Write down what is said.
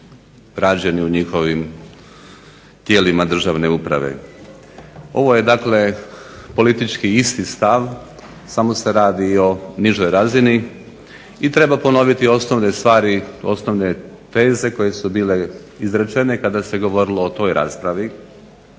rađeni u njihovim tijelima državne uprave. Ovo je dakle politički isti stav samo se radi o nižoj razini i treba ponoviti osnovne stvari, osnovne teze koje su bile izrečene kada se govorilo o toj raspravi.